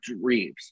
Reeves